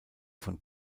von